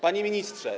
Panie Ministrze!